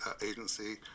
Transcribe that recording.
Agency